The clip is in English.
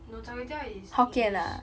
no char kway teow is english